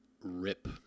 rip